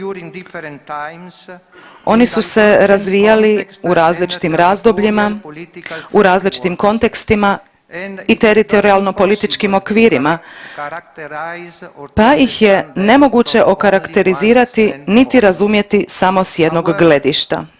Oni su se razvijali u različitim razdobljima, u različitim kontekstima i teritorijalno političkim okvirima pa ih je nemoguće okarakterizirati niti razumjeti samo s jednog gledišta.